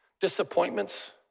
disappointments